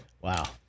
Wow